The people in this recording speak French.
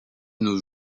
nos